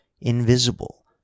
invisible